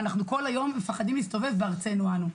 ואנחנו כל היום מפחדים להסתובב בארצנו-אנו.